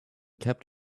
kept